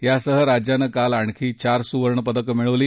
यासह राज्यानं काल आणखी चार सुवर्ण पदकं मिळवली